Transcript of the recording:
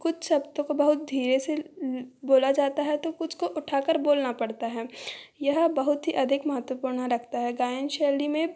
कुछ शब्दों को बहुत धीरे से बोला जाता है तो कुछ को उठाकर बोलना पड़ता है यह बहुत ही अधिक महत्वपूर्ण रखता है गायन शैली में